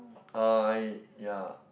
ah ya